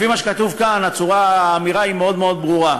לפי מה שכתוב כאן, האמירה מאוד מאוד ברורה.